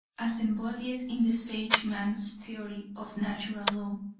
as embodied in the sageman's theory of natural law,